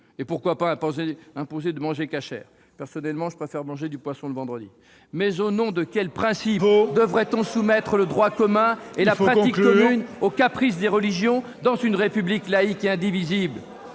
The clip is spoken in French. » Pourquoi ne pas imposer de manger casher dans ce cas ? Personnellement, je préfère manger du poisson le vendredi ! Mais au nom de quel principe devrait-on soumettre le droit commun et la pratique commune au caprice des religions, dans une République laïque et indivisible ?